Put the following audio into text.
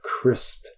crisp